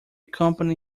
company